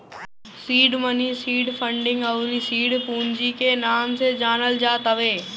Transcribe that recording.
seed money seed funding अउरी seed पूंजी के नाम से जानल जात हवे